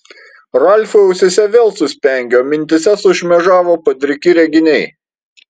ralfui ausyse vėl suspengė o mintyse sušmėžavo padriki reginiai